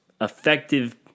effective